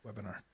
webinar